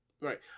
Right